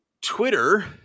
Twitter